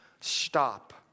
stop